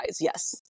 yes